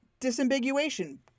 Disambiguation